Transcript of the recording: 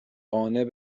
قانع